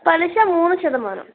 പലിശ മൂന്ന് ശതമാനം